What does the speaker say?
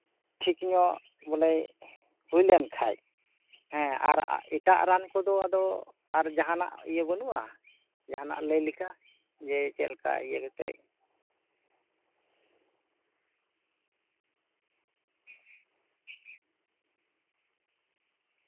ᱴᱷᱤᱠᱧᱚᱜ ᱵᱚᱞᱮ ᱦᱩᱭ ᱞᱮᱱᱠᱷᱟᱱ ᱦᱮᱸ ᱟᱨ ᱮᱴᱟᱜ ᱨᱟᱱ ᱠᱚᱫᱚ ᱟᱫᱚ ᱟᱨ ᱡᱟᱦᱟᱱᱟᱜ ᱤᱭᱟᱹ ᱵᱟᱱᱩᱜᱼᱟ ᱡᱟᱦᱟᱱᱟᱜ ᱞᱟᱹᱭ ᱞᱮᱠᱟ ᱡᱮ ᱪᱮᱫᱞᱮᱠᱟ ᱤᱭᱟᱹ ᱠᱟᱛᱮ